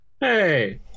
Hey